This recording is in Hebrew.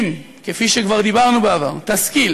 אם, כפי שכבר דיברנו בעבר, תשכיל